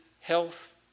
health